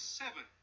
seven